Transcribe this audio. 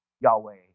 Yahweh